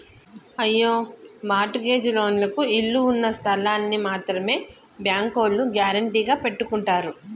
అయ్యో mortgage లోన్లకు ఇళ్ళు ఉన్నస్థలాల్ని మాత్రమే బ్యాంకోల్లు గ్యారెంటీగా పెట్టుకుంటారు